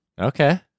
Okay